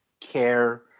care